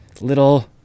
little